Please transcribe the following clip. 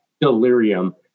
Delirium